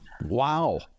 Wow